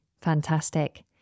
Fantastic